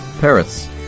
Paris